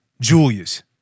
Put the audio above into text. Julius